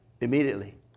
immediately